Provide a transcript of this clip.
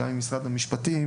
גם עם משרד המשפטים,